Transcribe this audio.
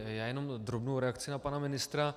Já jenom drobnou reakci na pana ministra.